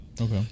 Okay